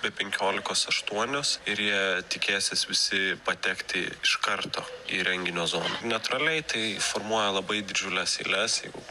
be penkiolikos aštuonios ir jie tikėsis visi patekti iš karto į renginio zoną natūraliai tai formuoja labai didžiules eiles jeigu